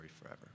forever